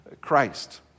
Christ